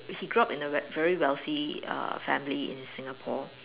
he grew up in a very wealthy uh family in Singapore